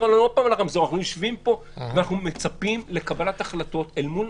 המתווה בגלל שנתנו למליסרון את הזכות לבחור בקניון